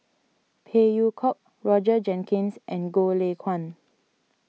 Phey Yew Kok Roger Jenkins and Goh Lay Kuan